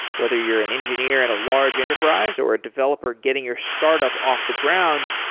whether you're an engineer at a large enterprise, or a developer getting your startup off the ground,